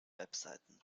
webseiten